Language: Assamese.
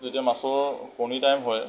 যেতিয়া মাছৰ কণীৰ টাইম হয়